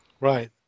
Right